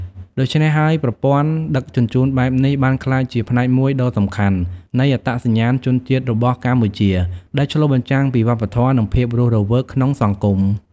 ដូច្នេះហើយ ប្រព័ន្ធដឹកជញ្ជូនបែបនេះបានក្លាយជាផ្នែកមួយដ៏សំខាន់នៃអត្តសញ្ញាណជនបទរបស់កម្ពុជា ដែលឆ្លុះបញ្ចាំងពីវប្បធម៌ និងភាពរស់រវើកក្នុងសង្គម។